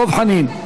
דב חנין.